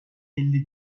elli